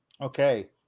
Okay